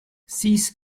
six